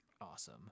awesome